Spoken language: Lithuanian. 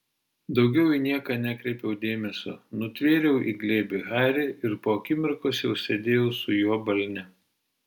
daugiau į nieką nekreipiau dėmesio nutvėriau į glėbį harį ir po akimirkos jau sėdėjau su juo balne